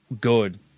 good